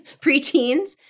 preteens